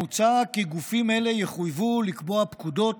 מוצע כי גופים אלה יחויבו לקבוע פקודות